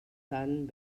tan